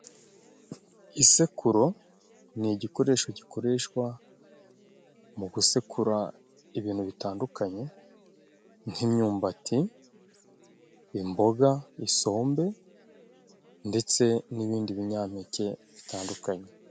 Isekuro ni igikoresho gikoreshwa mu gusekura ibintu bitandukanye nk'imyumbati, imboga, isombe ndetse n'ibindi binyampeke bitandukanye.